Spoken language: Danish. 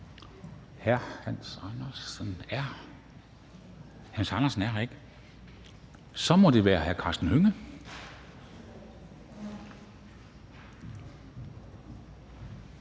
hr. Hans Andersen, er her ikke. Så må det være hr. Karsten Hønge,